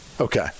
okay